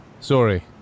Sorry